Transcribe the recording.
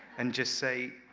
and just say,